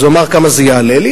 אז הוא אמר: כמה זה יעלה לי?